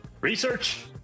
Research